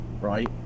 right